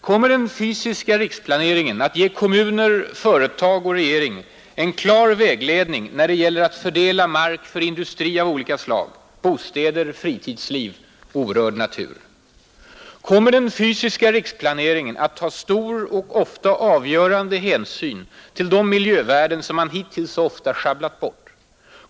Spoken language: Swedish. Kommer den fysiska riksplaneringen att ge kommuner, företag och regering en klar vägledning när det gäller att fördela mark för industri av olika slag, bostäder, fritidsliv och orörd natur? Kommer den fysiska riksplaneringen att ta stor och ofta avgörande hänsyn till de miljövärden som man hittills så ofta schabblat bort?